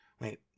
Wait